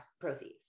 proceeds